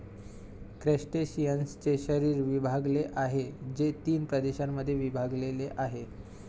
क्रस्टेशियन्सचे शरीर विभागलेले आहे, जे तीन प्रदेशांमध्ये विभागलेले आहे